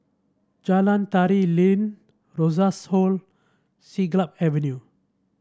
Jalan Tari Lilin Rosas Hall Siglap Avenue